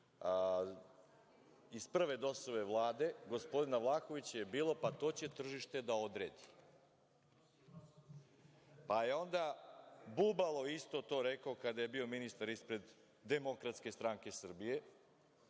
iz prve DOS-ove Vlade, gospodina Vlahovića je bila – pa, to će tržište da odredi. Pa je onda Bubalo isto to rekao kada je bio ministar ispred Demokratske stranke Srbije. Ali,